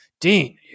Dean